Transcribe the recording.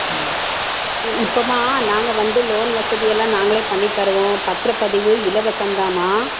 ம் இப் இப்போமா நாங்கள் வந்து லோன் வசதி எல்லாம் நாங்களே பண்ணித்தருவோம் பத்திர பதிவு இலவசம்தாம்மா